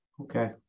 Okay